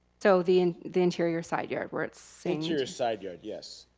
so the and the interior side yard where it's saying, interior side yard, yes.